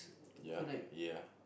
ya ya